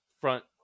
front